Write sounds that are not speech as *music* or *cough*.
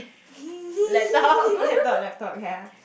*laughs* laptop laptop ya